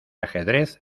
ajedrez